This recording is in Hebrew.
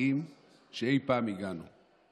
שאי-פעם הגענו אליו.